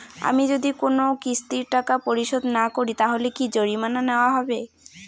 আমি যদি কোন কিস্তির টাকা পরিশোধ না করি তাহলে কি জরিমানা নেওয়া হবে?